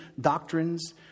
doctrines